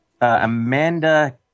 Amanda